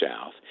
south